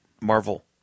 Marvel